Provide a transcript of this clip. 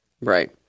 Right